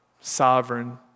sovereign